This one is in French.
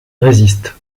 résiste